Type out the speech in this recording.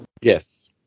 Yes